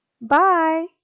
Bye